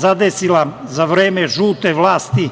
zadesila za vreme žute vlasti,